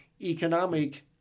economic